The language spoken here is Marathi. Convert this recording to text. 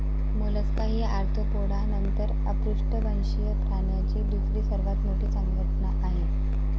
मोलस्का ही आर्थ्रोपोडा नंतर अपृष्ठवंशीय प्राण्यांची दुसरी सर्वात मोठी संघटना आहे